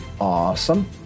Awesome